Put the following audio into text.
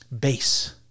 base